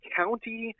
county